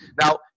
Now